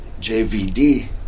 jvd